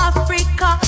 Africa